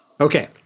Okay